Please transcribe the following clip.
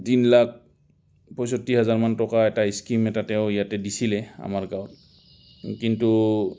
তিন লাখ পঁয়ষষ্ঠি হাজাৰমান টকা এটা স্কিম এটা তেওঁ ইয়াতে দিছিলে আমাৰ গাঁৱত কিন্তু